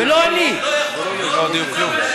ועדת השרים לא אישרה את החוק הזה.